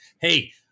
hey